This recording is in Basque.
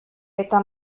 eta